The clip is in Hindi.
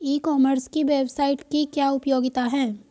ई कॉमर्स की वेबसाइट की क्या उपयोगिता है?